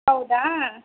ಹೌದಾ